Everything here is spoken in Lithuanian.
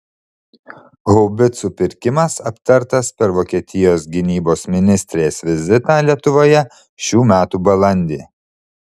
haubicų pirkimas aptartas per vokietijos gynybos ministrės vizitą lietuvoje šių metų balandį